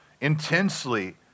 intensely